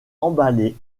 emballé